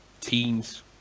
teens